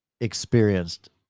experienced